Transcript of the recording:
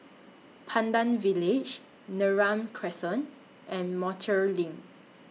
Pandan Village Neram Crescent and Montreal LINK